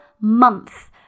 month